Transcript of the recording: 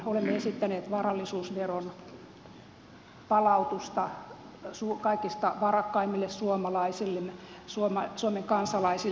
olemme esittäneet varallisuusveron palautusta kaikista varakkaimmille suomalaisille suomen kansalaisille